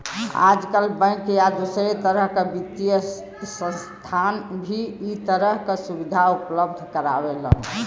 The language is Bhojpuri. आजकल बैंक या दूसरे तरह क वित्तीय संस्थान भी इ तरह क सुविधा उपलब्ध करावेलन